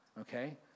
Okay